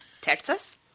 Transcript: Texas